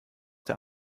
der